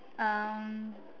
um